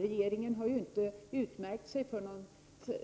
Regeringen har inte utmärkt sig för någon